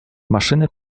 maszyny